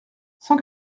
cent